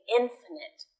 infinite